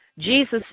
Jesus